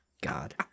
god